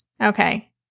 Okay